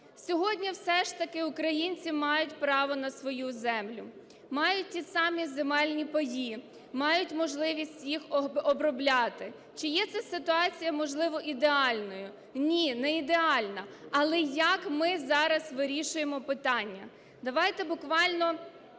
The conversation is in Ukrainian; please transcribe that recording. Сьогодні все ж таки українці мають право на свою землю, мають ті самі земельні паї, мають можливість їх обробляти. Чи є це ситуація, можливо, ідеальною? Ні, не ідеальна. Але як ми зараз вирішуємо питання? Давайте буквально